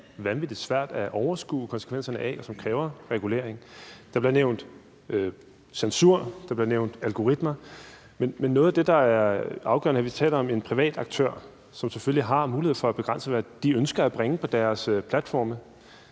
vanvittig svært at overskue konsekvenserne af, og som kræver regulering. Der bliver nævnt censur, der bliver nævnt algoritmer, men noget af det, der er afgørende, er, at vi taler om private aktører, som selvfølgelig har mulighed for at begrænse, hvad de ønsker at bringe på deres platforme.